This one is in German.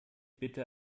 bitte